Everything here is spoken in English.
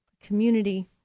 community